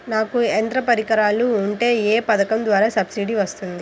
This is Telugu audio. నాకు యంత్ర పరికరాలు ఉంటే ఏ పథకం ద్వారా సబ్సిడీ వస్తుంది?